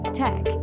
tech